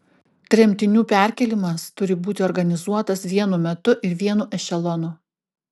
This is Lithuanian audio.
tremtinių perkėlimas turi būti organizuotas vienu metu ir vienu ešelonu